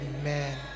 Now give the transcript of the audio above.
Amen